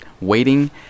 waiting